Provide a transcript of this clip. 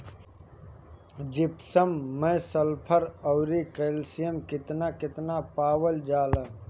Gypsum मैं sulphur औरी calcium कितना कितना पावल जाला?